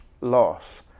loss